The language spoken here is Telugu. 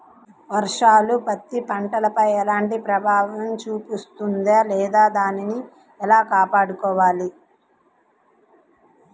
వర్షాలు పత్తి పంటపై ఎలాంటి ప్రభావం చూపిస్తుంద లేదా దానిని ఎలా కాపాడుకోవాలి?